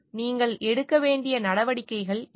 நீங்கள் எடுக்க வேண்டிய நடவடிக்கைகள் என்ன